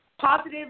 positive